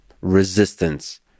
resistance